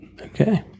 Okay